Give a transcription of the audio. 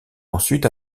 ensuite